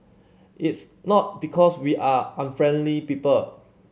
it's not because we are unfriendly people